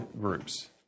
groups